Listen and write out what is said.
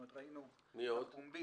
מי עוד?